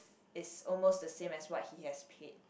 is almost the same as what he has paid